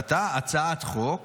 הצעת חוק